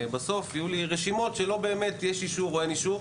בסוף יהיו לי רשימות שלא באמת יש אישור או אין אישור.